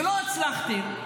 ולא הצלחתם,